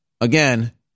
again